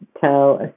tell